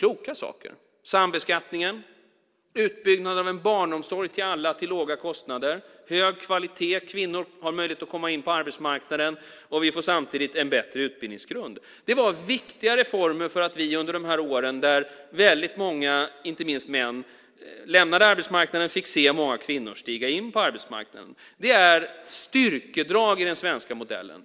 Borttagandet av sambeskattningen, utbyggnaden av en barnomsorg av hög kvalitet till alla till låga kostnader innebär att kvinnor har möjlighet att komma in på arbetsmarknaden, och vi får samtidigt en bättre utbildningsgrund. Det var viktiga reformer för att vi under de här åren då väldigt många, inte minst män, lämnade arbetsmarknaden fick se många kvinnor stiga in på arbetsmarknaden. Det är styrkedrag i den svenska modellen.